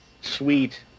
Sweet